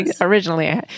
originally